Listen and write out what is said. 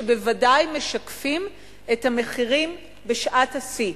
שבוודאי משקפים את המחירים בשעת השיא.